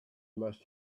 must